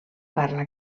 parla